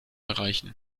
erreichen